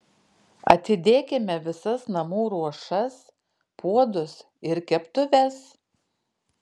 atidėkime visas namų ruošas puodus ir keptuves